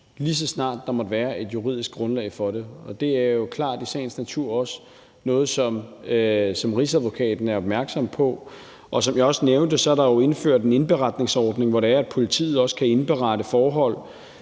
lige så snart der måtte være et juridisk grundlag for det. Det er klart, at det i sagens natur også er noget, som Rigsadvokaten er opmærksom på. Som jeg også nævnte, er der jo indført en indberetningsordning, hvor politiet også kan indberette forhold